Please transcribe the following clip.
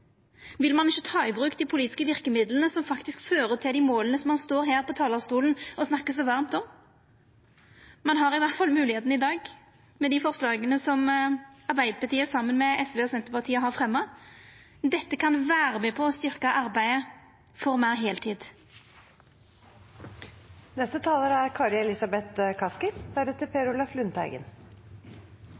Vil ein ikkje ta i bruk dei politiske verkemidla som faktisk fører til dei måla som ein står her på talarstolen og snakkar så varmt om? Ein har i alle fall moglegheita i dag, med dei forslaga som Arbeidarpartiet, saman med SV og Senterpartiet, har fremja. Dette kan vera med på å styrkja arbeidet for meir heiltid. Det er